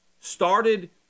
started